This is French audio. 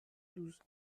douze